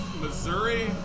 Missouri